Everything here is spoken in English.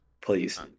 Please